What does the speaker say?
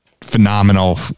phenomenal